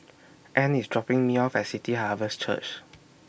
Anne IS dropping Me off At City Harvest Church